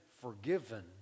forgiven